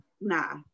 Nah